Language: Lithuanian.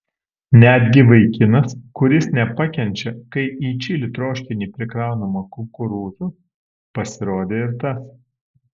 netgi vaikinas kuris nepakenčia kai į čili troškinį prikraunama kukurūzų pasirodė ir tas